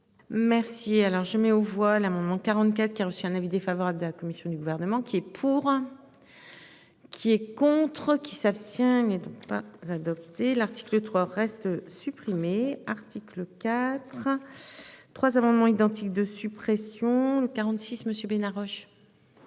Merci alors je mets aux voix l'amendement 44 qui a reçu un avis défavorable de la commission du gouvernement. Et pour. Qui est contre qui. Il s'abstient et pas adopté l'article 3 reste supprimer article 4. 3 amendements identiques de suppression de 46 Monsieur Bénard Roche.